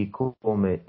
come